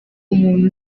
umuntu